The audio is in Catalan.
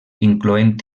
incloent